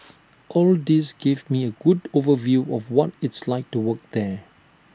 all this gave me A good overview of what it's like to work there